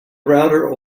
router